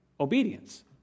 obedience